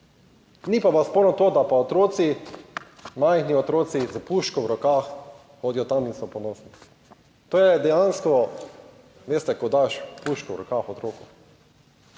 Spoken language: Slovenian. Ni pa vam sporno to, da pa otroci, majhni otroci s puško v rokah hodijo tam in so ponosni. To je dejansko, veste, ko daš puško v roko otroku.